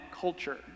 culture